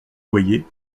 boyer